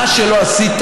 מה שלא עשית,